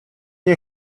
nie